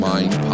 Mind